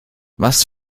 was